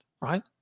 right